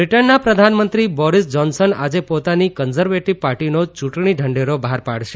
બ્રિટનના પ્રધાનમંત્રી Boris Johnson આજે પોતાની કન્ઝવેટિવ પાર્ટીનો ચૂંટણી ઢંઢેરો બહાર પાડશે